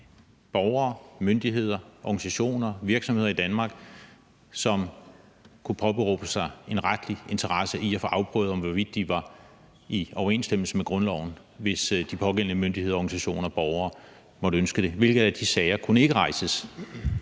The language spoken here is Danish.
borgere, myndigheder, organisationer og virksomheder i Danmark som kunne påberåbe sig en retlig interesse i at få afprøvet om var i overensstemmelse med grundloven, hvis de pågældende myndigheder, organisationer, borgere måtte ønske det? Hvilke af de sager kunne ikke rejses?